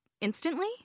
instantly